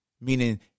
Meaning